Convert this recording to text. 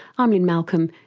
i'm lynne malcolm,